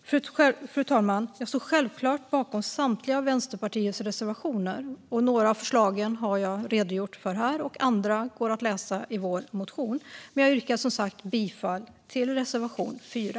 Fru talman, jag står självklart bakom samtliga Vänsterpartiets reservationer - några av förslagen har jag redogjort för här, om andra går att läsa i vår motion - men jag yrkar som sagt bifall endast till reservation 4.